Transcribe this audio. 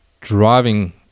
driving